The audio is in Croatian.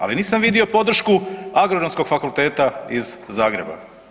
Ali nisam vidio podršku Agronomskog fakulteta iz Zagreba.